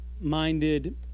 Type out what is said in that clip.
minded